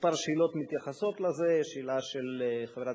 כמה שאלות מתייחסות לזה שאלה של חברת